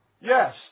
Yes